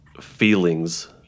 feelings